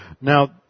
Now